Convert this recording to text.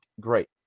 great